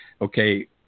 okay